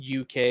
UK